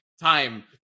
Time